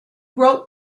wrote